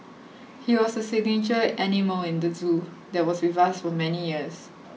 he was a signature animal in the zoo that was with us for many years